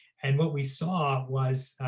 and what we saw was,